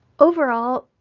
overall,